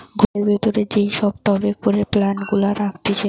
ঘরের ভিতরে যেই সব টবে করে প্লান্ট গুলা রাখতিছে